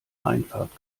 einfahrt